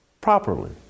properly